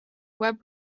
web